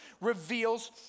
reveals